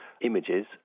images